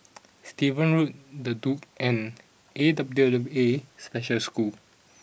Stevens Road the Duke and A W W A Special School